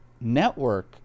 network